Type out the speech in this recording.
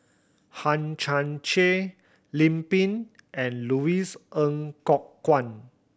Hang Chang Chieh Lim Pin and Louis Ng Kok Kwang